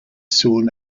soon